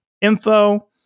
info